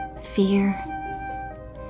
fear